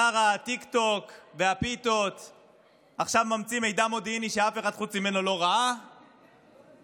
שר הטיקטוק והפיתות ממציא עכשיו מידע מודיעיני שאף אחד לא ראה חוץ ממנו,